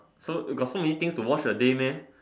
so you got so many things to watch a day meh